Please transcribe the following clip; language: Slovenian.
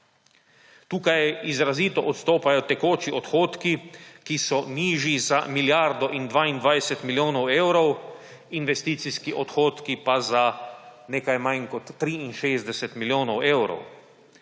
Tukaj izrazito odstopajo tekoči odhodki, ki so nižji za milijardo in 22 milijonov evrov, investicijski odhodki pa za nekaj manj kot 63 milijonov evrov.